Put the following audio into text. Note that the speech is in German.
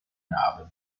narben